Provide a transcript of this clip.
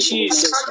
Jesus